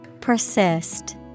Persist